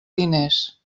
diners